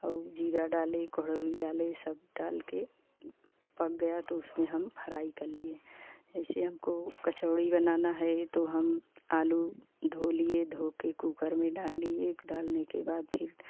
और जीरा डाले कड़ोड़ी डाले ये सब डाल के पक गया तो उसमे हम फ्राई कर लिए ऐसे हमको कचौड़ी बनाना है तो हम आलू धो लिए धोके कुकर में डाल लिए डालने के बाद फिर